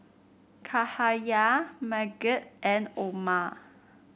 Cahaya Megat and Omar